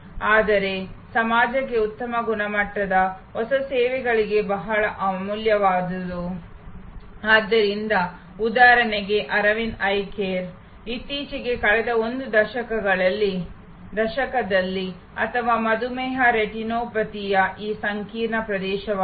ಆದರೆ ಸಮಾಜಕ್ಕೆ ಉತ್ತಮ ಗುಣಮಟ್ಟದ ಹೊಸ ಸೇವೆಗಳಿಗೆ ಬಹಳ ಅಮೂಲ್ಯವಾದುದು ಆದ್ದರಿಂದ ಉದಾಹರಣೆಗೆ ಅರವಿಂದ್ ಐ ಕೇರ್ ಇತ್ತೀಚೆಗೆ ಕಳೆದ ಒಂದು ದಶಕದಲ್ಲಿ ಅಥವಾ ಮಧುಮೇಹ ರೆಟಿನೋಪತಿಯ ಈ ಸಂಕೀರ್ಣ ಪ್ರದೇಶವಾಗಿದೆ